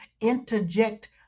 interject